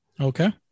Okay